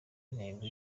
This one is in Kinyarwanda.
ingengo